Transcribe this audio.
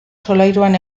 solairuan